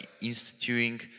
instituting